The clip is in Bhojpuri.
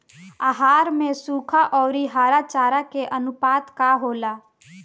आहार में सुखा औरी हरा चारा के आनुपात का होला?